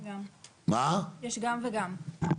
יש גם וגם.